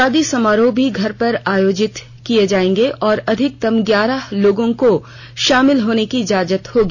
शादी समारोह भी घर पर आयोजित किए जा सकेंगे और अधिकतम ग्यारह लोगों को शामिल होने की इजाजत होगी